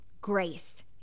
Grace